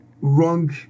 wrong